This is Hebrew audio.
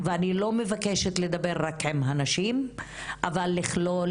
ואני לא מבקשת לדבר רק עם הנשים אבל לכלול